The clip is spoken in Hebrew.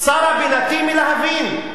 צרה בינתי מלהבין,